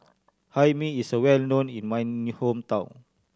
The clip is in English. Hae Mee is well known in my hometown